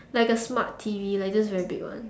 like a smart T_V like just very big one